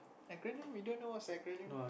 acronym you don't know what's acronym